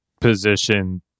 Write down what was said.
position